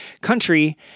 country